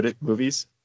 movies